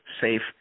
safe